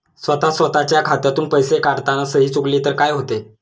स्वतः स्वतःच्या खात्यातून पैसे काढताना सही चुकली तर काय होते?